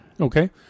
Okay